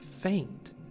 faint